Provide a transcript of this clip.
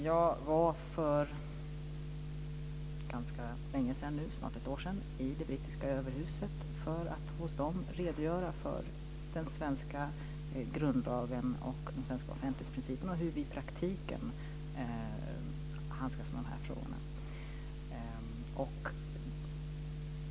Jag var för snart ett år sedan i det brittiska överhuset för att redogöra för den svenska grundlagen, för offentlighetsprincipen och hur vi i praktiken handskas med de frågorna.